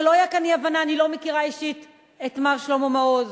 שלא תהיה כאן אי-הבנה: אני לא מכירה אישית את מר שלמה מעוז.